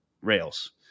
Rails